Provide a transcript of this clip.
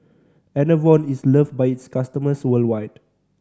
Enervon is loved by its customers worldwide